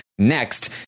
Next